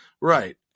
right